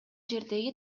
жердеги